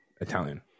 Italian